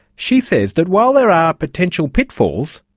she says that while there are potential pitfalls,